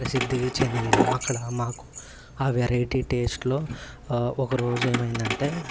ప్రసిద్ధికి చెందింది అక్కడ మాకు ఆ వెరైటీ టేస్ట్లొ ఒకరోజు ఏమైందంటే